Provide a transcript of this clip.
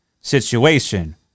situation